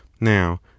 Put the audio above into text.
now